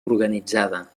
organitzada